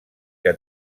que